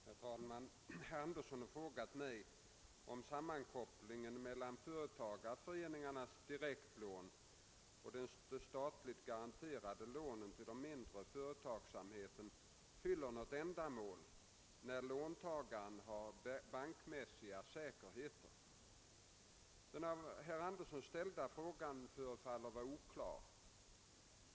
Herr talman! Herr Andersson i Örebro har frågat mig om sammankopplingen mellan företagarföreningarnas direktlån och de statligt garanterade lånen till den mindre företagsamheten fyller något ändamål, när låntagaren har bankmässiga säkerheter. Den av herr Andersson ställda frågan förefaller vara oklar.